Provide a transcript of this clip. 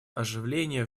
оживления